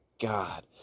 god